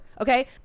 okay